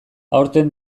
aurten